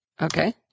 Okay